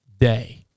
Day